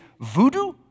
voodoo